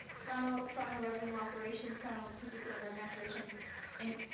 toronto toronto revenue operations toronto revenue operations and